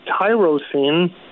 tyrosine